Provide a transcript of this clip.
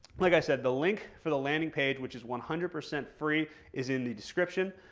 like i said, the link for the landing page which is one hundred percent free is in the description.